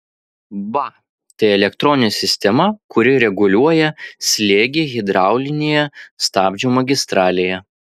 ba tai elektroninė sistema kuri reguliuoja slėgį hidraulinėje stabdžių magistralėje